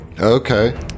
Okay